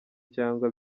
cyangwa